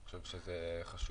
אני חושב שזה חשוב.